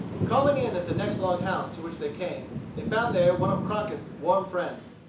calling in at the next log house to which they came, they found there one of crockett's warm friends.